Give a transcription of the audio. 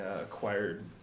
acquired